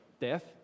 death